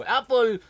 Apple